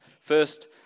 First